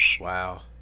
Wow